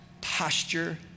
posture